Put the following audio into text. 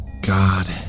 ...God